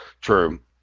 True